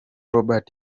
robert